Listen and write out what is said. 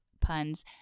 puns